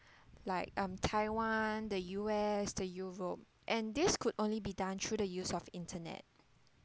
like um taiwan the U_S the europe and this could only be done through the use of internet